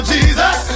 Jesus